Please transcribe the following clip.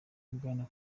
bwana